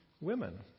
women